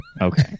okay